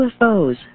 UFOs